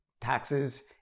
taxes